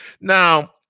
Now